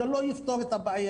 זה לא יפתור את הבעיה.